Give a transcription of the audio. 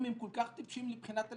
אם הם כל כך טיפשים לבחינת הלשכה,